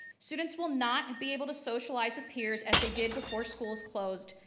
students will not be able to socialize with peers as they did before schools closed,